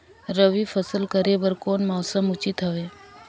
रबी फसल करे बर कोन मौसम उचित हवे?